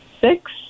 six